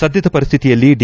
ಸದ್ದದ ಪರಿಸ್ಥಿತಿಯಲ್ಲಿ ಡಿ